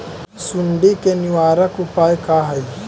सुंडी के निवारक उपाय का हई?